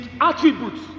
attributes